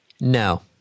No